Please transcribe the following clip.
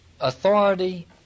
Authority